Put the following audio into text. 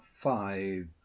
Five